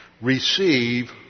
receive